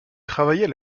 travaillait